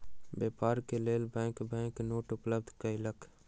व्यापार के लेल बैंक बैंक नोट उपलब्ध कयलक